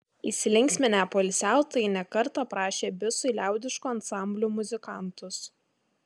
įsilinksminę poilsiautojai ne kartą prašė bisui liaudiškų ansamblių muzikantus